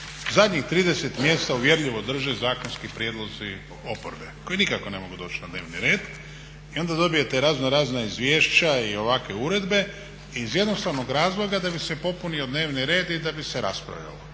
Zadnjih trideset mjesta uvjerljivo drže zakonski prijedlozi oporbe koji nikako ne mogu doći na dnevni red i onda dobijte razno razna izvješća i ovakve uredbe iz jednostavnog razloga da bi se popunio dnevni red i da bi se raspravljalo.